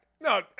No